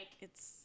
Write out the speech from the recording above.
It's-